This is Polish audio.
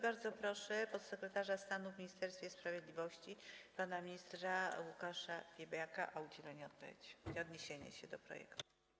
Bardzo proszę podsekretarza stanu w Ministerstwie Sprawiedliwości pana ministra Łukasza Piebiaka o udzielenie odpowiedzi i odniesienie się do projektu.